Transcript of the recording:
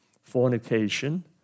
fornication